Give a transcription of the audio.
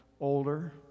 older